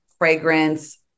fragrance